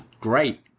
great